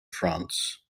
france